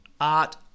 art